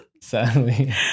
Sadly